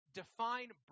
define